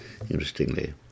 interestingly